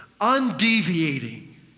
undeviating